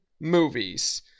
movies